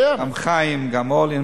גם חיים גם אורלי.